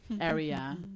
area